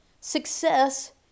success